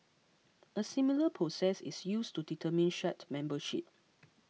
a similar process is used to determine shard membership